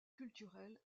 culturelles